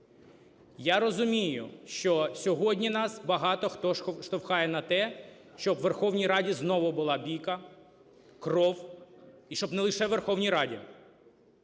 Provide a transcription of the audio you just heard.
Я розумію, що сьогодні нас багато, хто штовхає на те, щоб у Верховній Раді знову була бійка, кров і щоб не лише у Верховній Раді.